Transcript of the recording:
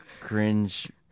cringe